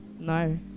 No